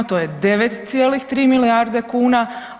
To je 9,3 milijarde kuna.